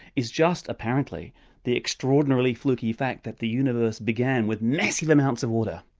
is just apparently the extraordinarily flukey fact that the universe began with massive amounts of water,